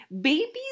Babies